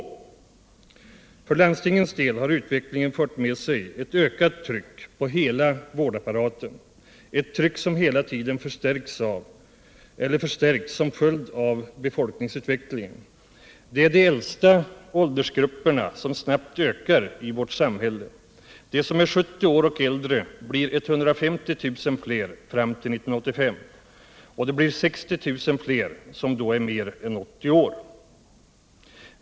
Finansdebatt Finansdebatt För landstingens del har utvecklingen fört med sig ett ökat tryck på hela vårdapparaten, ett tryck som hela tiden förstärkts som följd av befolkningsutvecklingen. Det är de äldsta åldersgrupperna som snabbt ökar i vårt samhälle. De som är 70 år och äldre blir 150 000 fler fram till 1985, och det blir 60 000 fler som då är mer än 80 år.